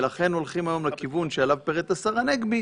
ולכן הולכים היום לכיוון שעליו פירט השר הנגבי,